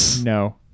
no